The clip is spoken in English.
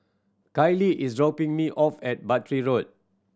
Kylee is dropping me off at Battery Road